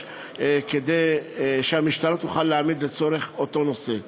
כדי שהמשטרה תוכל להעמיד לצורך אותו נושא.